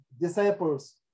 disciples